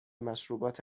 مشروبات